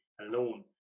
alone